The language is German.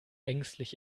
ängstlich